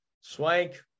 Swank